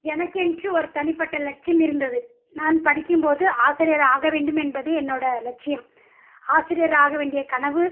எனக்கென்று ஒரு தனிப்பட்ட லட்சியம் இருந்தது நான் படிக்கும்போது ஆசிரியர் ஆக வேண்டும் என்பது என்னோடய லட்சியம் ஆசிரியர் ஆகவேண்டிய கனவு